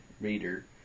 reader